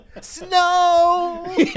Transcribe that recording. Snow